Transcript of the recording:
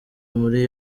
muri